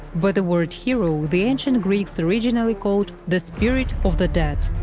by the word hero the ancient greeks originally called the spirit of the dead,